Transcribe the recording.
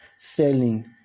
selling